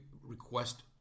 request